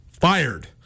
fired